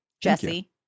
Jesse